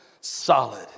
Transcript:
solid